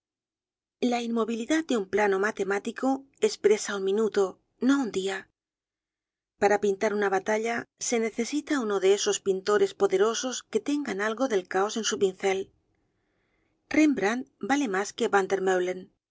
la inmovilidad de un plano matemático espresa un minuto no un dia para pintar una batalla se necesita uno de esos pintores poderosos que tenga algo del caos en su pincel rembrandt vale mas que